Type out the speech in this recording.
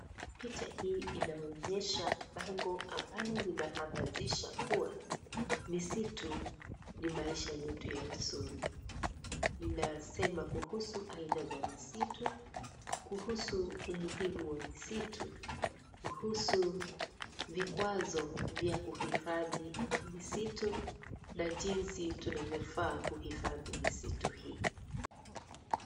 Picha hii inaonyesha bango ambalo linahamazisha kuwa misitu ni maisha yetu ya usoni. Linasema kuhusu aina za misitu kuhusu umuhimu wa misitu kuhusu vikwazo vya kuhifadhi misitu na jinzi tunavyofaa kuhifadhi misitu hii.